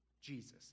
jesus